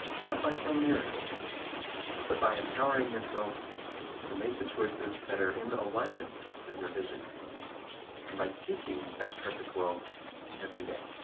not by some miracle but by empowering yourself to make the choices that are in alignment with your vision and by seeking that perfect world every day.